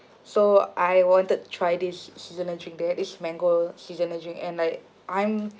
so I wanted to try this seasonal drink there this mango seasonal drink and like I'm